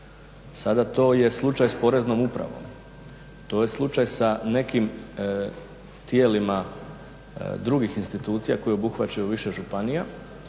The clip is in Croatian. Sada to je slučaj sa poreznom upravom, to je slučaj sa nekim tijelima drugih institucija koje obuhvaćaju više županija.